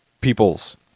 Peoples